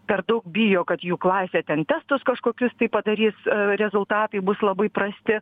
per daug bijo kad jų klasė ten testus kažkokius tai padarys rezultatai bus labai prasti